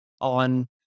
on